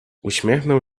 uśmiechnął